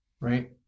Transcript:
right